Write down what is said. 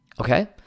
okay